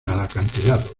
acantilado